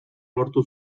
lortu